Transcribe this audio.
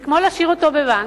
זה כמו להשאיר אותו בבנק.